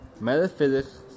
metaphysics